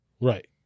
Right